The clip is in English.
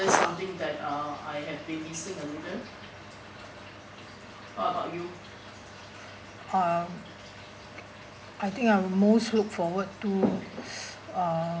um I think I will most look forward to uh